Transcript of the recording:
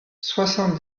soixante